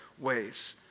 ways